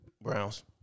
Browns